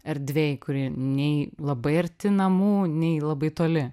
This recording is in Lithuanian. erdvėj kuri nei labai arti namų nei labai toli